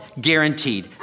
guaranteed